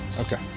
Okay